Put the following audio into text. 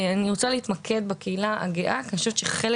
אני רוצה להתמקד בקהילה הגאה כי אני חושבת שחלק